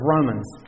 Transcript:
Romans